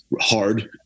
hard